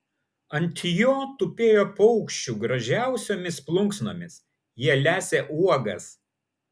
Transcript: ant jo tupėjo paukščių gražiausiomis plunksnomis jie lesė uogas